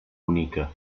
bonica